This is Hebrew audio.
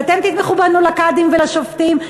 ואתם תתמכו בנו לקאדים ולשופטים.